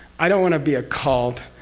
i don't want to be a cult,